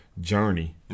journey